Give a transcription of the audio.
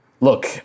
Look